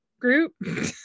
group